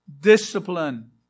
discipline